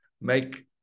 make